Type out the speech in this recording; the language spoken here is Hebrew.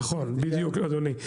נכון, בדיוק אדוני.